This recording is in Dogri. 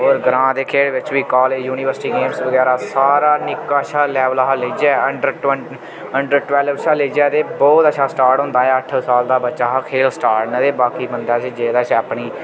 होर ग्रांऽ दे खेढ बिच्च बी कालेज यूनिवर्सिटी गेम्स बगैरा सारा निक्का शा लेवल हा लेइयै अंडर ट्वेंटी अंडर ट्वेलव शा लेइयै ते बहुत अच्छा स्टार्ट होंदा ऐ अट्ठ साल दा बच्चा हा खेल स्टार्ट न ते बाकी बंदे च जेह्दे च अपनी